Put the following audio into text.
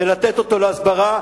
ולתת אותם להסברה,